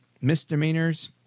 Misdemeanors